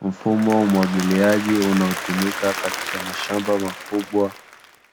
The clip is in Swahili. Mfumo wa umwagiliajia unaotumika katika mashamba makubwa